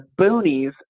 boonies